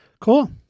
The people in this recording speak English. Cool